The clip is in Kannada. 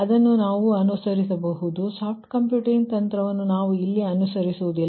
ಆದ್ದರಿಂದ ನಾವು ಅನುಸರಿಸಬಹುದು ಆದರೆ ಸಾಫ್ಟ್ ಕಂಪ್ಯೂಟಿಂಗ್ ತಂತ್ರವನ್ನು ನಾವು ಇಲ್ಲಿ ಅನುಸರಿಸುವುದಿಲ್ಲ